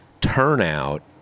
turnout